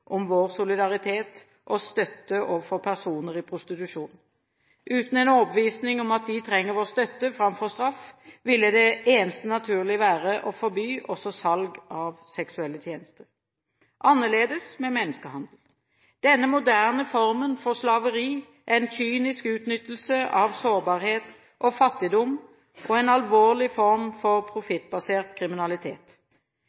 om vår solidaritet og støtte overfor personer i prostitusjon. Uten en overbevisning om at de trenger vår støtte framfor straff, ville det eneste naturlige være å forby også salg av seksuelle tjenester. Det er annerledes med menneskehandel. Denne moderne formen for slaveri er en kynisk utnyttelse av sårbarhet og fattigdom og en alvorlig form for